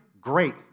great